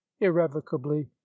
irrevocably